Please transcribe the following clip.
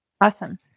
Awesome